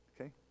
Okay